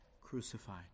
crucified